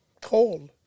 cold